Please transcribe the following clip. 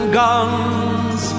guns